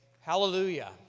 Hallelujah